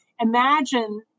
imagine